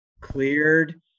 cleared